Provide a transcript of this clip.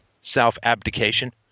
self-abdication